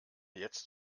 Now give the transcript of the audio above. jetzt